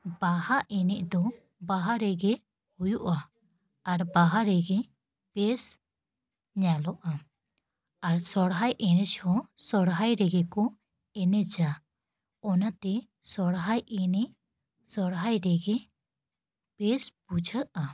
ᱵᱟᱦᱟ ᱮᱱᱮᱡ ᱫᱚ ᱵᱟᱦᱟ ᱨᱮᱜᱮ ᱦᱩᱭᱩᱜᱼᱟ ᱟᱨ ᱵᱟᱦᱟ ᱨᱮᱜᱮ ᱵᱮᱥ ᱧᱮᱞᱚᱜᱼᱟ ᱟᱨ ᱥᱚᱨᱦᱟᱭ ᱮᱱᱮᱡ ᱦᱚᱸ ᱥᱚᱨᱦᱟᱭ ᱨᱮᱜᱮ ᱠᱚ ᱮᱱᱮᱡᱟ ᱚᱱᱟᱛᱮ ᱥᱚᱨᱦᱟᱭ ᱮᱱᱮᱡ ᱥᱚᱨᱦᱟᱭ ᱨᱮᱜᱮ ᱵᱮᱥ ᱵᱩᱡᱷᱟᱹᱜᱼᱟ